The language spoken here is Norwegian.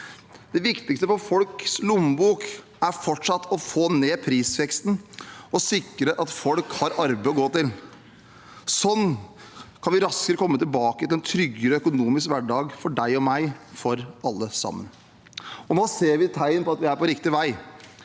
Det viktigste for folks lommebok er fortsatt å få ned prisveksten og sikre at folk har arbeid å gå til. Sånn kan vi raskere komme tilbake til en tryggere økonomisk hverdag for deg og meg – for alle sammen. Nå ser vi tegn til at vi er på riktig vei.